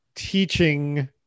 teaching